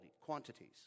quantities